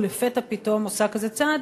ולפתע פתאום עושה כזה צעד,